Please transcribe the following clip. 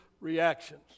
reactions